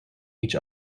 each